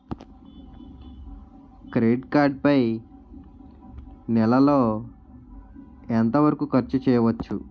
Credit card పై నెల లో ఎంత వరకూ ఖర్చు చేయవచ్చు?